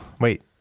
Wait